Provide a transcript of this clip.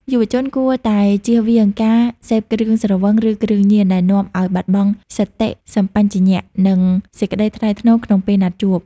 យុវជនគួរតែ "ចៀសវាងការសេពគ្រឿងស្រវឹង ឬគ្រឿងញៀន" ដែលនាំឱ្យបាត់បង់សតិសម្បជញ្ញៈ និងសេចក្ដីថ្លៃថ្នូរក្នុងពេលណាត់ជួប។